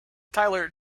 tyler